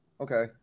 Okay